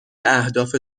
اهداف